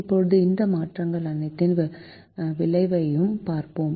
இப்போது இந்த மாற்றங்கள் அனைத்தின் விளைவையும் பார்ப்போம்